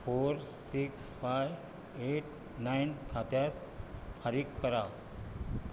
four six five eight nine खात्यात फारीक करा